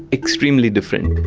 extremely different.